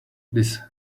this